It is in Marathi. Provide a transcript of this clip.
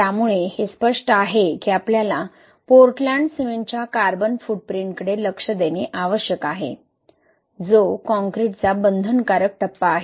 त्यामुळे हे स्पष्ट आहे की आपल्याला पोर्टलँड सिमेंटच्या कार्बन फूटप्रिंटकडे लक्ष देणे आवश्यक आहे जो काँक्रीटचा बंधनकारक टप्पा आहे